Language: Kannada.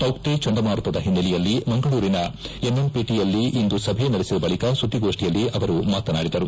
ತೌಕ್ತೆ ಚಂಡಮಾರುತದ ಹಿನ್ನೆಲೆಯಲ್ಲಿ ಮಂಗಳೂರಿನ ಎನ್ಎಂಪಿಟಿಯಲ್ಲಿ ಇಂದು ಸಭೆ ನಡೆಸಿದ ಬಳಿಕ ಸುದ್ದಿಗೋಷ್ಠಿಯಲ್ಲಿ ಅವರು ಮಾತನಾಡಿದರು